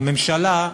הממשלה,